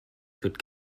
could